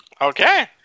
Okay